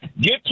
Get